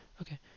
Okay